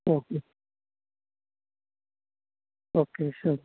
മ് മ് ഓക്കേ ശരി